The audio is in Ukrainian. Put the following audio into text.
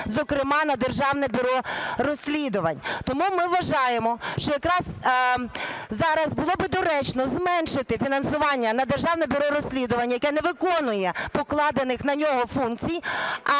зокрема на Державне бюро розслідувань. Тому ми вважаємо, що якраз зараз було б доречно зменшити фінансування на Державне бюро розслідувань, яке не виконує покладених на нього функцій,